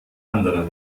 anderer